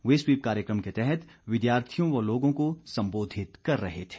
वे SVEEP कार्यक्रम के तहत विद्यार्थियों व लोगों को सम्बोधित कर रहे थे